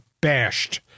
bashed